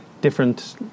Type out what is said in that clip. different